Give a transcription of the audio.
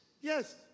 Yes